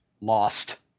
lost